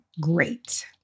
great